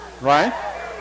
right